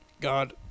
god